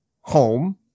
home